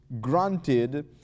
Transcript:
granted